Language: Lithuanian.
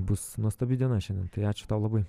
bus nuostabi diena šiandien tai ačiū tau labai